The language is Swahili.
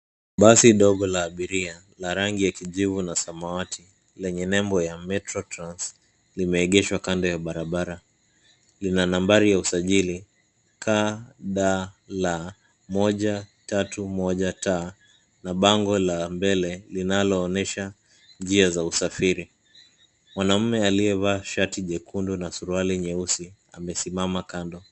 Basi dogo la abiria la rangi ya kijivu na samawati lenye nembo ya Metro Trans limeegeshwa kando ya barabara. Lina nambari ya usajili KDL 131T na bango la mbele linaloonyesha njia za usafiri. Mwanaume aliyevaa shati jekundu na suruali nyeusi amesimama kando.